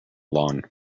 lawn